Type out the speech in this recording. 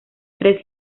tres